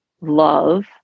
love